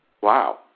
Wow